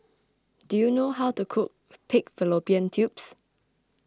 do you know how to cook Pig Fallopian Tubes